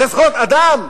זה זכויות אדם?